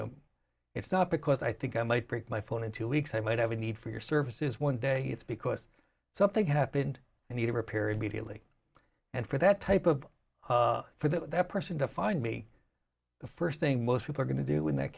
know it's not because i think i might break my phone in two weeks i might have a need for your services one day it's because something happened and you never appear immediately and for that type of for that person to find me the first thing most people are going to do in that